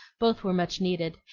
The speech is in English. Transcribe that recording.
both were much needed,